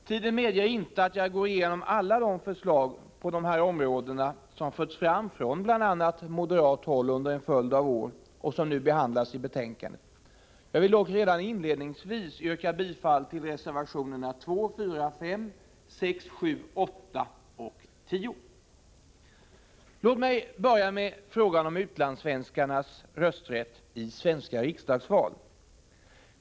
Tiden medger inte att jag går igenom alla de förslag på dessa områden som förts fram från bl.a. moderat håll under en följd av år och som nu behandlas i betänkandet. Jag vill dock redan inledningsvis yrka bifall till reservationerna 2,4, 5, 6; 7, 8 och 10. Låt mig börja med frågan om utlandssvenskarnas rösträtt i svenska riksdagsval.